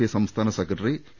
I സംസ്ഥാന secretary A